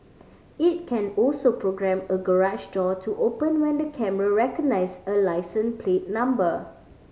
it can also programme a garage door to open when the camera recognise a license plate number